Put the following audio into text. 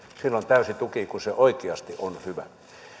täysi tuki silloin kun se oikeasti on hyvä